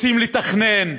רוצים לתכנן,